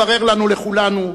התברר לנו, לכולנו,